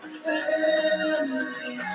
family